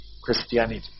Christianity